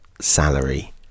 salary